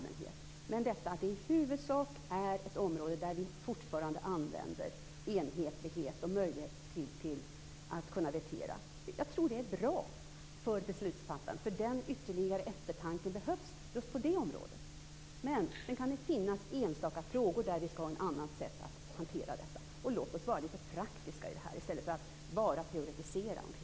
Men detta att det i huvudsak är ett område där vi fortfarande använder enhällighet och möjlighet att lägga veto tror jag är bra för beslutsfattandet, för denna ytterligare eftertanke behövs just på det området. Sedan kan det finnas enstaka frågor som skall hanteras på ett annat sätt. Låt oss vara litet praktiska här i stället för att bara teoretisera kring det.